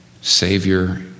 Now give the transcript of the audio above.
Savior